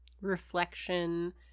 reflection